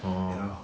orh